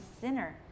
sinner